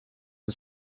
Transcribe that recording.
are